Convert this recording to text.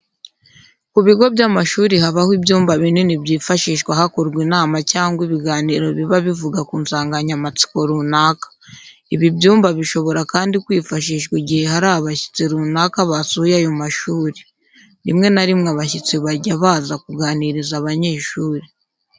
Ku bigo by'amashuri habaho ibyumba binini byifashishwa hakorwa inama cyangwa ibiganiro biba bivuga ku nsanganyamatsiko runaka. Ibi byumba bishobora kandi kwifashishwa igihe hari abashyitsi runaka basuye ayo mashuri. Rimwe na rimwe abashyitsi bajya baza kuganiriza abanyeshuri.